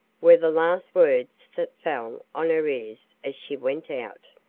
were the last words that fell on her ears as she went out.